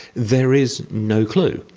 there is no clue.